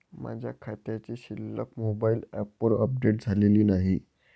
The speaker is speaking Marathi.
माझ्या खात्याची शिल्लक मोबाइल ॲपवर अपडेट झालेली नाही